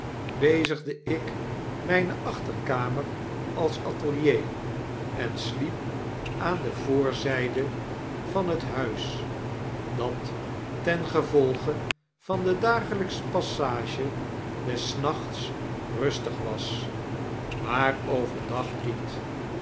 bezigde ik mijne achterkamer als atelier en sliep aan de voorzijde van het huis dat ten gevolge van de dagelpsche passage des nachts rustig was maar over dag niet